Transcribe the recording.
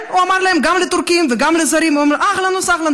הוא אמר גם לטורקים וגם לזרים: אהלן וסהלן,